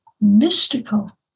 mystical